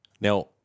Now